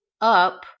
up